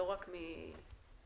לא רק מנותני אשראי.